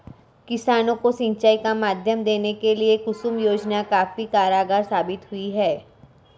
किसानों को सिंचाई का माध्यम देने के लिए कुसुम योजना काफी कारगार साबित हुई है